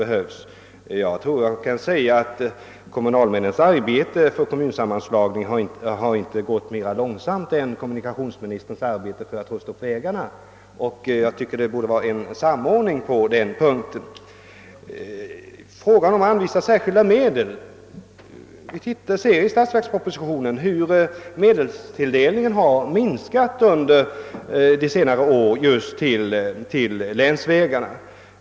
Jag tror man kan säga att kommunalmännens arbete för kommunsammanslagningen inte har gått långsammare än kommunikationsministerns arbete för att rusta upp vägarna. Jag tycker det borde vara en samordning på den punkten. Beträffande anvisandet av särskilda medel så kan vi i statsverkspropositionen se hur medelstilldelningen just till länsvägarna har minskat under senare år.